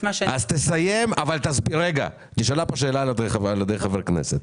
נשאלה פה שאלה על ידי חבר כנסת.